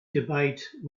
debate